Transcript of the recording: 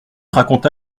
raconta